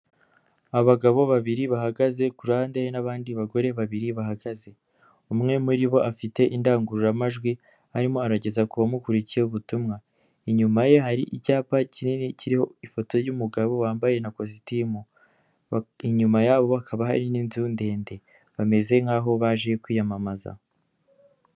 Abagabo babiri bahagaze ku ruhande n'abandi bagore babiri bahagaze, umwe muri bo afite indangururamajwi arimo arageza ku bamukuriye ubutumwa, inyuma ye hari icyapa kinini kiriho ifoto y'umugabo wambaye na kositimu, inyuma yabo hakaba hari n'inzu ndende, bameze nk'aho baje kwiyamamaza.